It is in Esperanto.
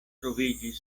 troviĝis